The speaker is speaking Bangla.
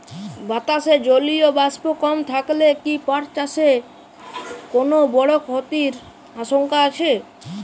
বাতাসে জলীয় বাষ্প কম থাকলে কি পাট চাষে কোনো বড় ক্ষতির আশঙ্কা আছে?